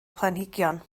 planhigion